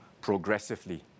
progressively